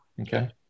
Okay